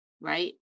right